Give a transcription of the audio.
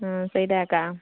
ସେଇଟା ଏକା